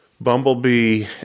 Bumblebee